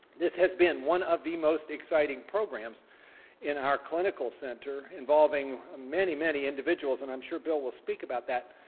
this has been one of the most exciting programs in our clinical center involving many, many individuals and i'm sure bill will speak about that,